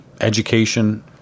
education